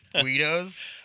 guidos